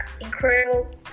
incredible